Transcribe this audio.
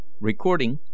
Recording